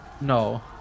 No